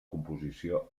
composició